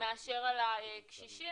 מאשר על הקשישים.